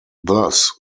thus